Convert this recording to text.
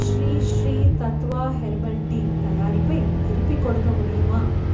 Sri Sri Tattva herbal tea தயாரிப்பை திருப்பிக் கொடுக்க முடியுமா